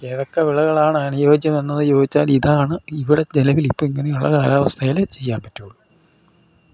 ഏതൊക്കെ വിളകളാണ് അനുയോജ്യമെന്നത് ചോദിച്ചാൽ ഇതാണ് ഇവിടെ നിലവിൽ ഇപ്പം ഇങ്ങനെയുള്ള കാലാവസ്ഥയിൽ ചെയ്യാൻ പറ്റുകയുള്ളൂൂ